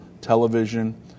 television